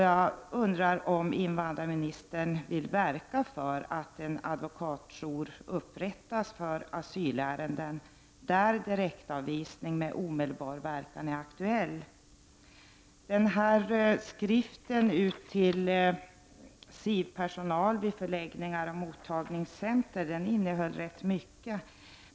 Jag undrar om invandrarministern vill verka för att en advokatjour upprättas för asylärenden där direktavvisning med omedelbar verkan är aktuell. Skriften till SIV-personal vid förläggningar och mottagningscentra innehöll rätt mycket.